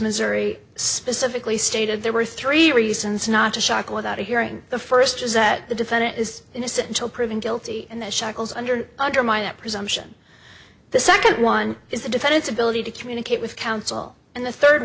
missouri specifically stated there were three reasons not to shock without hearing the first is that the defendant is innocent until proven guilty and shackles under undermine that presumption the second one is the defendant's ability to communicate with counsel and the third